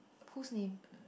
whose name